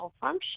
function